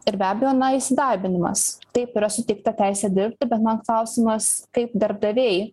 ir be abejo na įsidarbinimas taip yra suteikta teisė dirbti bet man klausimas kaip darbdaviai